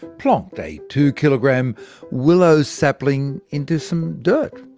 plonked a two kg um willow sapling into some dirt.